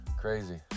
crazy